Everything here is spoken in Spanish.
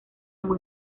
muy